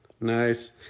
Nice